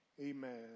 amen